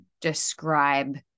describe